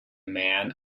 man